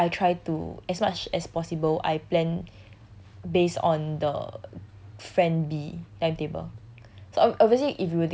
then maybe I try to as much as possible I plan based on the friend B timetable